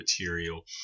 material